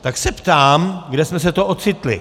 Tak se ptám, kde jsme se to ocitli.